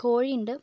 കോഴി ഉണ്ട്